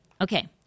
Okay